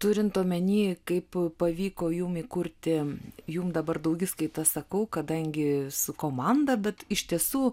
turint omeny kaip pavyko jum įkurti jum dabar daugiskaita sakau kadangi su komanda bet iš tiesų